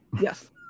Yes